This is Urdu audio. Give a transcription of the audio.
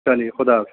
چلیے خدا حافظ